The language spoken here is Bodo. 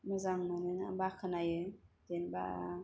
मोजां मोनना बाख्नायो जेनेबा